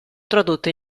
tradotte